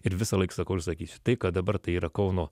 ir visąlaik sakau ir sakysiu tai kad dabar tai yra kauno